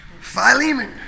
Philemon